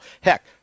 heck